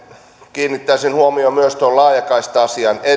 kiinnittäisin huomiota myös tuon laajakaista asian